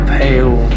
pale